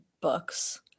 books